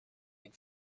ning